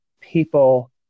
people